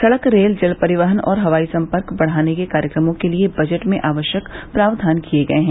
सड़क रेल जल परिवहन और हवाई संपर्क बढ़ाने के कार्यक्रमों के लिए बजट में आवश्यक प्रावधान किए गए हैं